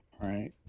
Right